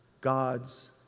God's